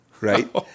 right